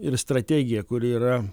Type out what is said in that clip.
ir strategija kuri yra